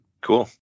Cool